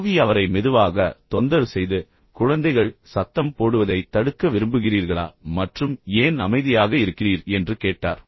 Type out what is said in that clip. கோவி அவரை மெதுவாக தொந்தரவு செய்து குழந்தைகள் சத்தம் போடுவதைத் தடுக்க விரும்புகிறீர்களா மற்றும் ஏன் அமைதியாக இருக்கிறீர் என்று கேட்டார்